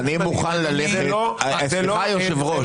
סליחה, היושב-ראש.